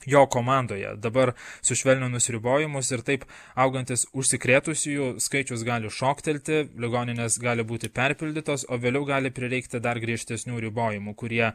jo komandoje dabar sušvelninus ribojimus ir taip augantis užsikrėtusiųjų skaičius gali šoktelti ligoninės gali būti perpildytos o vėliau gali prireikti dar griežtesnių ribojimų kurie